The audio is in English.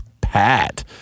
Pat